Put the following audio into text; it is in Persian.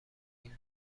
این